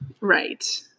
Right